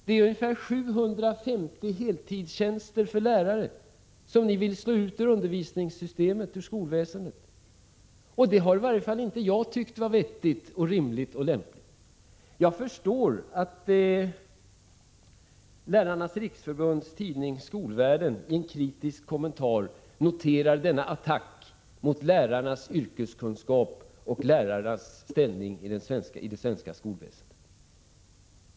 Det är ungefär 750 heltidstjänster för lärare som ni vill slå ut ur undervisningssystemet, ur skolväsendet. Det har i varje fall inte jag ansett vara vettigt, rimligt och lämpligt. Jag förstår att Lärarnas riksförbunds tidning Skolvärlden i en kritisk kommentar noterar denna attack mot lärarnas yrkeskunskap och lärarnas ställning i det svenska skolväsendet.